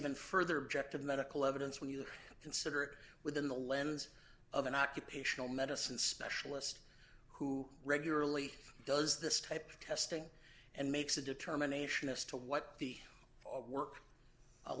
even further objective medical evidence when you consider within the lens of an occupational medicine specialist who regularly does this type of testing and makes a determination as to what the work